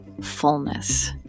fullness